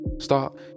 Start